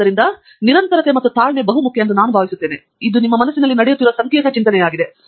ಆದ್ದರಿಂದ ನಾನು ನಿರಂತರತೆ ಮತ್ತು ತಾಳ್ಮೆ ಮುಖ್ಯ ಎಂದು ನಾನು ಭಾವಿಸುತ್ತೇನೆ ಮತ್ತು ಇದು ನಿಮ್ಮ ಮನಸ್ಸಿನಲ್ಲಿ ನಡೆಯುತ್ತಿರುವ ಸಂಕೀರ್ಣ ಚಿಂತನೆಯಾಗಿದೆ